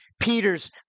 Peter's